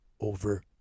over